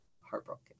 heartbroken